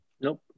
Nope